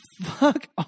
fuck